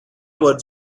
would